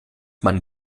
mann